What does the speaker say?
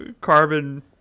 Carbon